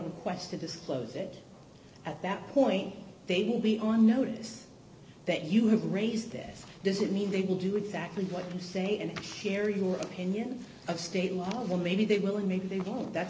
request to disclose it at that point they will be on notice that you have raised this doesn't mean they will do exactly what you say and share your opinion of state law well maybe they will and maybe they won't that